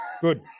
good